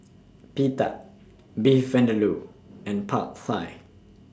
Pita Beef Vindaloo and Pad Fine